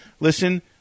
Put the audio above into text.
Listen